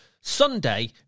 Sunday